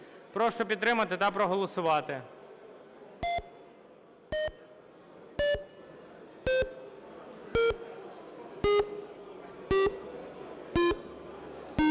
Прошу підтримати та проголосувати.